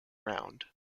round